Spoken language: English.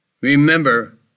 Remember